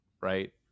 right